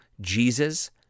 Jesus